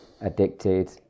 addicted